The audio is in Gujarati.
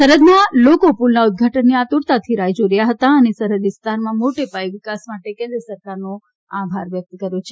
સરહદના લોકો પુલના ઉદ્વાટનની આતુરતાથી રાહ્ જોઈ રહ્યા હતા અને સરહૃદ વિસ્તારમાં મોટા પાયે વિકાસ માટે કેન્દ્રસરકારનો આભાર વ્યક્ત કર્યો હતો